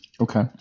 Okay